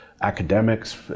academics